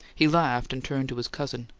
he laughed, and turned to his cousin.